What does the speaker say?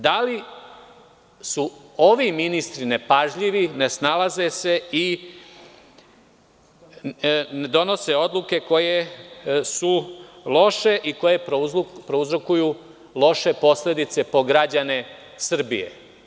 Da li su ovi ministri nepažljivi, ne snalaze se i donose odluke koje su loše i koje prouzrokuju loše posledice po građane Srbije?